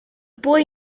boy